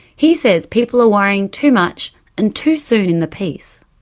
he says people are worrying too much and too soon in the piece.